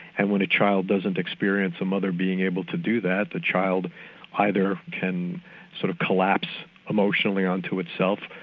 and when a child doesn't experience a mother being able to do that the child either can sort of collapse emotionally onto itself,